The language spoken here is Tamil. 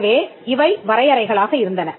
எனவே இவை வரையறைகளாக இருந்தன